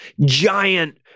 giant